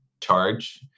charge